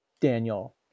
Daniel